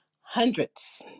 hundreds